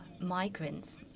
migrants